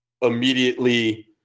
immediately